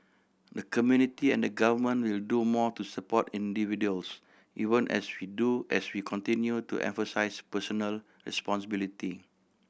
the community and government will do more to support individuals even as we do as we continue to emphasise personal responsibility